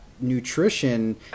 nutrition